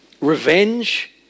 revenge